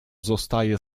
zostaje